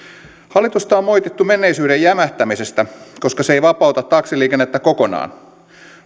hallitusta on moitittu menneisyyteen jämähtämisestä koska se ei vapauta taksiliikennettä kokonaan